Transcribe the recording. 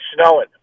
snowing